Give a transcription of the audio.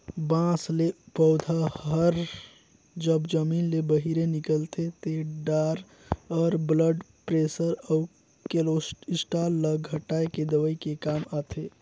बांस ले पउधा हर जब जमीन ले बहिरे निकलथे ते डार हर ब्लड परेसर अउ केलोस्टाल ल घटाए के दवई के काम आथे